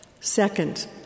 Second